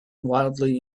wildly